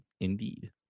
indeed